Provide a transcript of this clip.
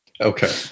Okay